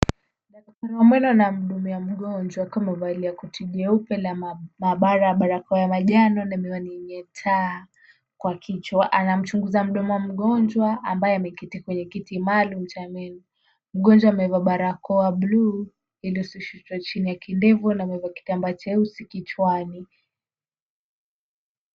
Daktari wa meno anamhudumia mgonjwa akiwa amevalia koti jeupe la maabara, barakoa ya manjano na miwani yenye taa kwa kichwa. Anamchunguza mdomo wa mgonjwa ambaye amekaa kwenye kiti maalum cha meno. Mgonjwa amevaa barakoa ya bluu iliyoshushwa chini ya kidevu na amevaa kitambaa cheusi kichwani.